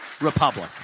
republic